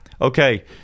Okay